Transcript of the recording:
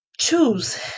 Choose